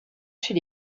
chez